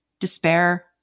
Despair